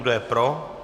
Kdo je pro?